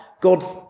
God